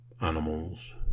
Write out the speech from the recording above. animals